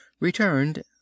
returned